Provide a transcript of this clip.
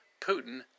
Putin